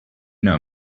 know